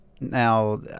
Now